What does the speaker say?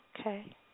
Okay